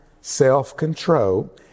self-control